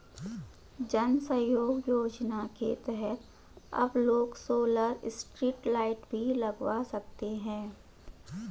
जन सहयोग योजना के तहत अब लोग सोलर स्ट्रीट लाइट भी लगवा सकते हैं